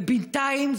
ובינתיים,